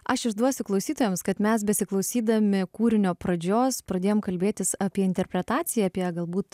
aš išduosiu klausytojams kad mes besiklausydami kūrinio pradžios pradėjom kalbėtis apie interpretaciją apie galbūt